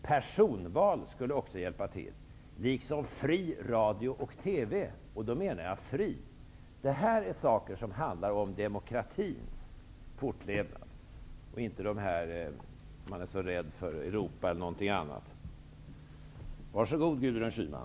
Personval skulle också bidra till att öka demokratin, liksom en fri radio och TV -- och då menar jag fri. Detta är saker som handlar om demokratins fortlevnad och inte om Europa, som man är så rädd för, eller någonting annat. Var så god, Gudrun Schyman!